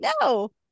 no